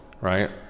right